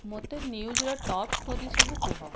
ମୋତେ ନ୍ୟୁଜ୍ର top story ସବୁ କୁହ